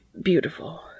beautiful